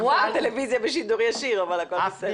רק זה בטלוויזיה בשידור ישיר, אבל הכול בסדר.